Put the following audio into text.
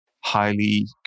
highly